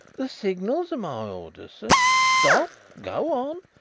the signals are my orders, sir stop! go on!